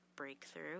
breakthrough